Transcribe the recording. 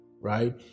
right